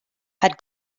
had